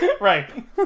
Right